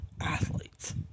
athletes